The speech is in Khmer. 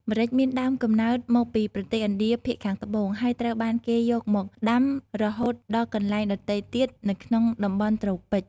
ម្រេចមានដើមកំណើត មកពីប្រទេសឥណ្ឌាភាគខាងត្បូង ហើយត្រូវបានគេយកមក ដាំរហូតដល់កន្លែងដទៃទៀតនៅក្នុងតំបន់ត្រូពិក។